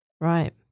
Right